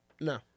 No